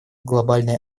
глобальной